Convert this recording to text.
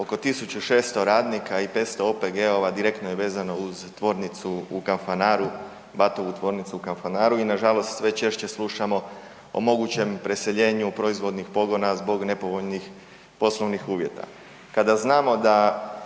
oko 1.600 radnika i 500 OPG-ova direktno je vezano uz tvornicu u Kanfanaru, BAT-ovu tvornicu u Kanfanaru i nažalost sve češće slušamo o mogućem preseljenju proizvodnih pogona zbog nepovoljnih poslovnih uvjeta.